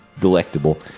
delectable